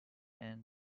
and